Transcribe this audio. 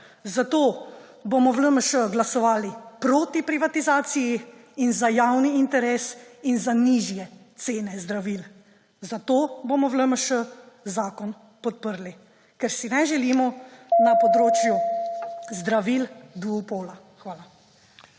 Zato bomo v LMŠ glasovali proti privatizaciji in za javni interes in za nižje cene zdravil. Zato bomo v LMŠ zakon podprli, ker si ne želimo na področju zdravil duopola. Hvala.